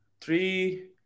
three